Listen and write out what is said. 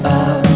up